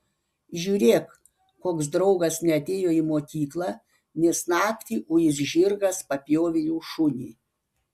žiūrėk koks draugas neatėjo į mokyklą nes naktį uis žirgas papjovė jų šunį